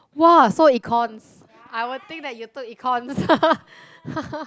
!wah! so econs I would think that you took econs